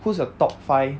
whose your top five